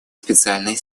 специальной